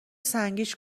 سنگیش